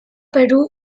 perú